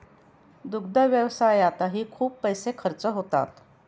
दुग्ध व्यवसायातही खूप पैसे खर्च होतात